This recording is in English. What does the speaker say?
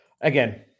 again